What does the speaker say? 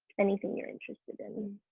anything you're interested in.